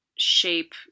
shape